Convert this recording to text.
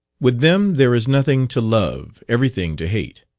with them there is nothing to love everything to hate.